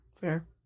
Fair